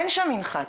אין שם מנחת.